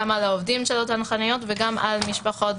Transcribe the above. גם על העובדים של אותן חנויות וגם על משפחות,